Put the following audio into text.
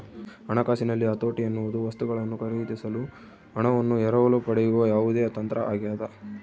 ಹಣಕಾಸಿನಲ್ಲಿ ಹತೋಟಿ ಎನ್ನುವುದು ವಸ್ತುಗಳನ್ನು ಖರೀದಿಸಲು ಹಣವನ್ನು ಎರವಲು ಪಡೆಯುವ ಯಾವುದೇ ತಂತ್ರ ಆಗ್ಯದ